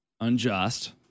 unjust